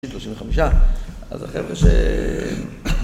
אז החבר'ה ש...